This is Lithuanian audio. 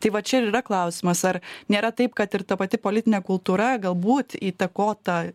tai va čia ir yra klausimas ar nėra taip kad ir ta pati politinė kultūra galbūt įtakota